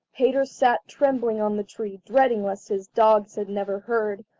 peter sat trembling on the tree dreading lest his dogs had never heard,